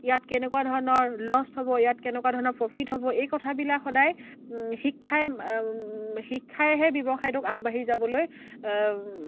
ইয়াত কেনেকুৱা ধৰণৰ লষ্ট হ'ব ইয়াত কেনেকুৱা ধৰণৰ প্ৰফিট হ'ব এই কথাবিলাক সদায় শিক্ষাই শিক্ষাইহে ব্যৱসায়টোক আগবাঢ়ি যাবলৈ